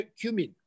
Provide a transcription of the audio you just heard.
cumin